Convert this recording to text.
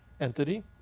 entity